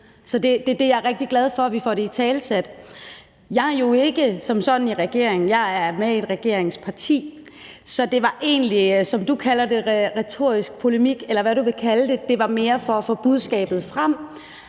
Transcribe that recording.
Så det er jeg rigtig glad for at vi får italesat. Jeg er jo ikke som sådan i regeringen. Jeg er med i et regeringsparti, så det, som du kalder retorisk polemik, eller hvad du vil kalde det, var mere for at få budskabet frem: